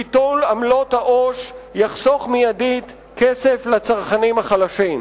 ביטול עמלות העו"ש יחסוך מייד כסף לצרכנים החלשים.